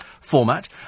format